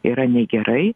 yra negerai